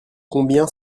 combien